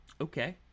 Okay